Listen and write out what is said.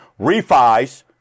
refis